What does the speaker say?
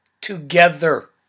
together